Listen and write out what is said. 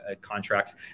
contracts